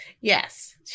Yes